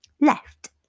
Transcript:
left